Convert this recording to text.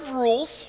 rules